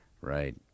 Right